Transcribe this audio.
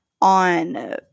on